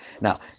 Now